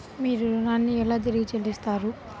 మీరు ఋణాన్ని ఎలా తిరిగి చెల్లిస్తారు?